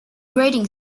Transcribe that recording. grating